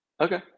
Okay